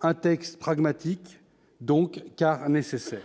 un texte pragmatique donc car nécessaire.